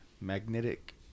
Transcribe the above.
magnetic